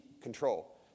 control